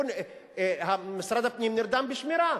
משרד הפנים נרדם בשמירה.